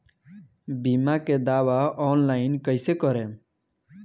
बीमा के दावा ऑनलाइन कैसे करेम?